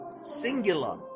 Singular